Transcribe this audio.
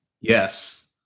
Yes